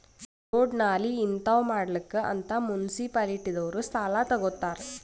road, ನಾಲಿ ಹಿಂತಾವ್ ಮಾಡ್ಲಕ್ ಅಂತ್ ಮುನ್ಸಿಪಾಲಿಟಿದವ್ರು ಸಾಲಾ ತಗೊತ್ತಾರ್